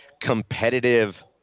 competitive